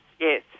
yes